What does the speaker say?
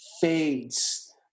fades